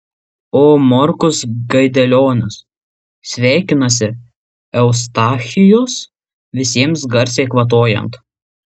o morkus gaidelionis sveikinasi eustachijus visiems garsiai kvatojant